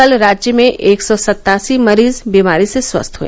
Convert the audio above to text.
कल राज्य में एक सौ सत्तासी मरीज बीमारी से स्वस्थ हुए